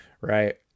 Right